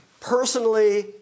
Personally